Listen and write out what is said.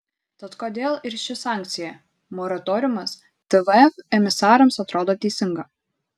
tad kodėl ir ši sankcija moratoriumas tvf emisarams atrodo teisinga